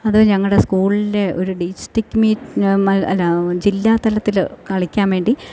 അത് ഞങ്ങളുടെ സ്കൂളിൻ്റെ ഒരു ഡിസ്ട്രിക്ട് മീറ്റ് അല്ല ജില്ലാ തലത്തിൽ കളിക്കാൻ വേണ്ടി